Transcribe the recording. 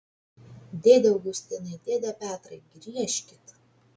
dėde augustinai dėde petrai griežkit